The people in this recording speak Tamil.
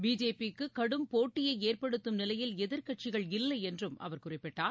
பிஜேபிக்கு கடும் போட்டியை ஏற்படுத்தும் நிலையில் எதிர்க்கட்சிகள் இல்லை என்றும் அவர் குறிப்பிட்டார்